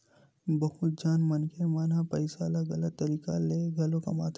बहुत झन मनखे मन ह पइसा ल गलत तरीका ले घलो कमाथे